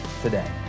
today